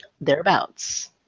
Thereabouts